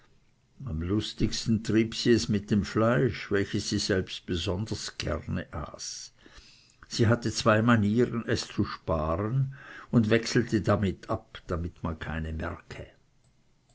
am lustigsten trieb sie es mit dem fleisch welches sie selbst besonders gerne aß sie hatte zwei manieren es zu sparen und wechselte damit ab damit man keine merke